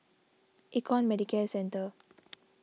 Econ Medicare Centre